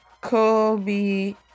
Kobe